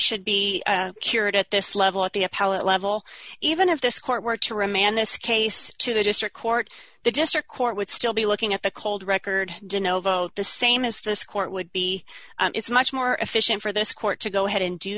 should be cured at this level at the appellate level even if this court were to remand this case to the district court the district court would still be looking at the cold record the same as this court would be and it's much more efficient for this court to go ahead and do